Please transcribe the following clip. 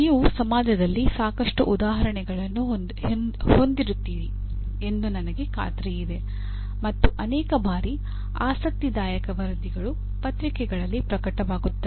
ನೀವು ಸಮಾಜದಲ್ಲಿ ಸಾಕಷ್ಟು ಉದಾಹರಣೆಗಳನ್ನು ಹೊಂದಿರುತ್ತೀರಿ ಎಂದು ನನಗೆ ಖಾತ್ರಿಯಿದೆ ಮತ್ತು ಅನೇಕ ಬಾರಿ ಆಸಕ್ತಿದಾಯಕ ವರದಿಗಳು ಪತ್ರಿಕೆಗಳಲ್ಲಿ ಪ್ರಕಟವಾಗುತ್ತವೆ